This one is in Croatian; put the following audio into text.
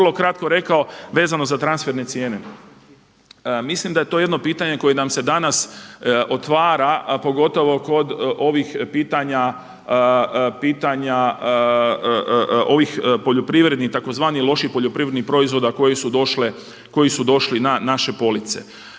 Ovdje bi još samo vrlo kratko rekao vezano za transferne cijene. Mislim da je to jedno pitanje koje nam se danas otvara a pogotovo kod ovih pitanja ovih poljoprivrednih, tzv. loših poljoprivrednih proizvoda koji su došli na naše police.